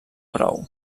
prou